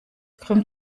krümmt